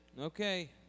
Okay